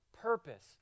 purpose